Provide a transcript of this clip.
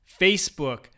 Facebook